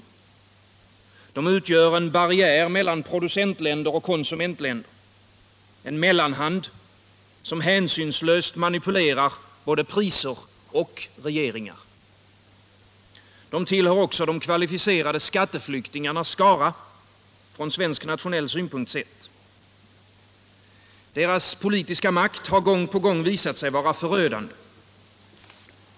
De utgör en barriär mellan producentländer och konsumentländer, en mellanhand som hänsynslöst manipulerar både priser och regeringar. De tillhör också de kvalificerade skatteflyktingarnas skara, från svensk nationell synpunkt sett. Deras politiska makt har gång på gång visat sig vara förödande.